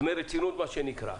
דמי רצינות מה שנקרא.